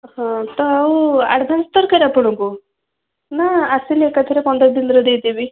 ହଁ ତ ଆଉ ଆଡ଼ଭାନ୍ସ ଦରକାର ଆପଣଙ୍କୁ ନା ଆସିଲେ ଏକାଥରେ ପନ୍ଦର ଦିନର ଦେଇଦେବି